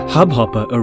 Hubhopper